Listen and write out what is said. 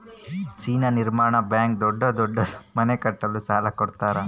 China ನಿರ್ಮಾಣ bank ದೊಡ್ಡ ದೊಡ್ಡ ಮನೆ ಕಟ್ಟಕ ಸಾಲ ಕೋಡತರಾ